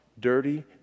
dirty